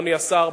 אדוני השר,